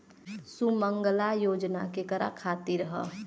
सुमँगला योजना केकरा खातिर ह?